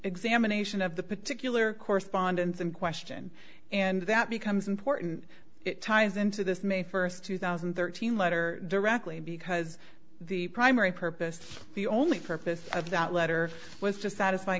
examination of the particular correspondence in question and that becomes important it ties into this may first two thousand and thirteen letter directly because the primary purpose the only purpose of that letter was just satisfy